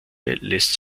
lässt